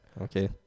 Okay